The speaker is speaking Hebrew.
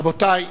רבותי,